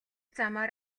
замаар